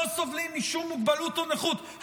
לא סובלים משום מוגבלותו או נכות,